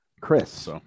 Chris